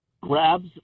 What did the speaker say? grabs